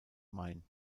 main